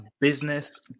business